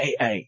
AA